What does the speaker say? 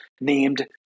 named